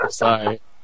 sorry